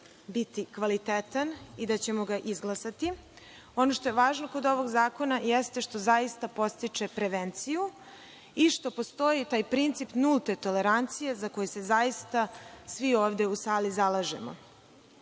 biti kvalitetan i da ćemo ga izglasati. Ono što je važno kod ovog zakona jeste što zaista podstiče prevenciju i što postoji taj princip nulte tolerancije za koju se zaista svi ovde u sali zalažemo. Važno